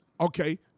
Okay